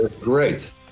Great